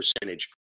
percentage